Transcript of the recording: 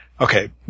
Okay